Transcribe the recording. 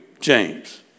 James